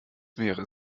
wäre